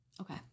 Okay